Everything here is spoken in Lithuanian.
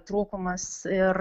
trūkumas ir